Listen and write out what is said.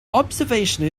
observation